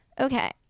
Okay